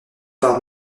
par